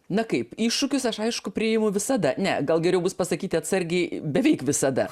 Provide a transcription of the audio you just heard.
na kaip iššūkius aš aišku priimu visada ne gal geriau bus pasakyti atsargiai beveik visada